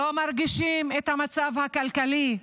לא מרגישים את המצב הכלכלי.